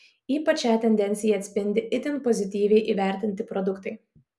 ypač šią tendenciją atspindi itin pozityviai įvertinti produktai